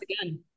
again